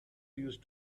used